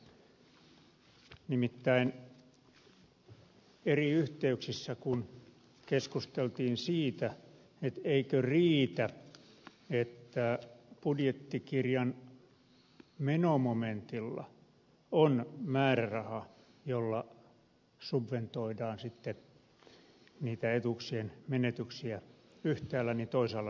nimittäin eri yhteyksissä keskusteltiin siitä eikö riitä että budjettikirjan menomomentilla on määräraha jolla subventoidaan niitä etuuksien menetyksiä yhtäällä niin että toisaalla ne tulevat menomomentin kautta korvattua